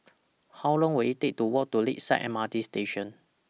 How Long Will IT Take to Walk to Lakeside M R T Station